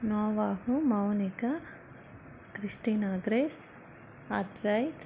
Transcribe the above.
Novahu Mounika Christina Grace Advait